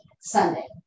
Sunday